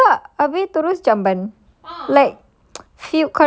ini pun buka habis terus jamban like